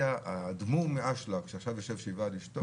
האדמור שעכשיו יושב שבעה על אשתו.